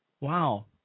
wow